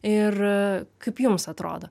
ir kaip jums atrodo